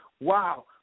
wow